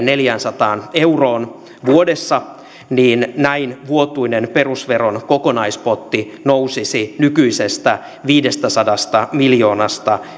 neljäänsataan euroon vuodessa niin näin vuotuinen perusveron kokonaispotti nousisi nykyisestä viidestäsadasta miljoonasta